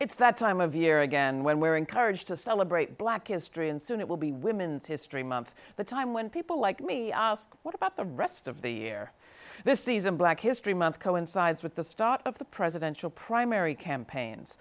it's that time of year again when we're encouraged to celebrate black history and soon it will be women's history month the time when people like me what about the rest of the year this season black history month coincides with the start of the presidential primary campaigns